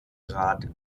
radweg